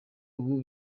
ubu